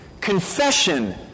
Confession